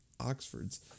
oxfords